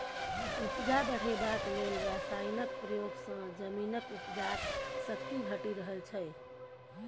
उपजा बढ़ेबाक लेल रासायनक प्रयोग सँ जमीनक उपजाक शक्ति घटि रहल छै